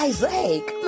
Isaac